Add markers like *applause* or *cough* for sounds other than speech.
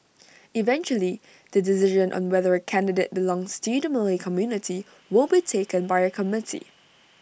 eventually the decision on whether A candidate belongs to the Malay community *noise* will be taken by A committee *noise*